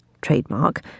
trademark